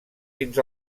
fins